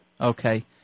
Okay